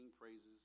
praises